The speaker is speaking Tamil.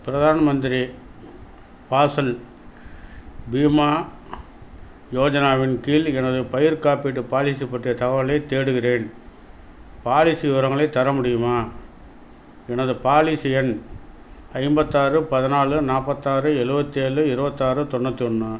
பிரதான் மந்திரி ஃபாசல் பீமா யோஜனாவின் கீழ் எனது பயிர் காப்பீட்டு பாலிசி பற்றிய தகவலைத் தேடுகிறேன் பாலிசி விவரங்களைத் தர முடியுமா எனது பாலிசி எண் ஐம்பத்தாறு பதினாலு நாற்பத்தாறு எழுவத்து ஏழு இருபத்தாறு தொண்ணூற்றி ஒன்று